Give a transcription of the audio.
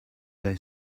they